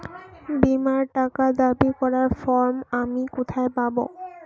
বীমার টাকা দাবি করার ফর্ম আমি কোথায় পাব?